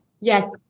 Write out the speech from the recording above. Yes